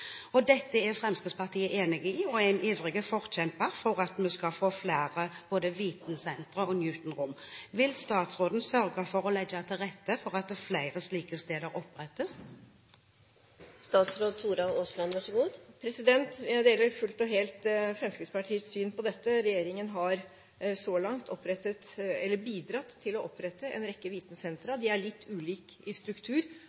Dette er Fremskrittspartiet enig i, og vi er ivrige forkjempere for at vi skal få flere vitensentre og Newton-rom. Vil statsråden sørge for å legge til rette for at flere slike steder opprettes? Jeg deler fullt og helt Fremskrittspartiets syn på dette. Regjeringen har så langt bidratt til å opprette en rekke